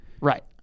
Right